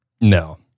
No